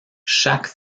chaque